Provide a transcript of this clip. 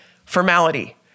Formality